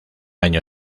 año